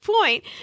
point